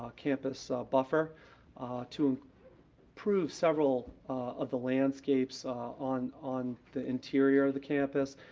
ah campus ah buffer to improve several of the landscapes on on the interior of the campus,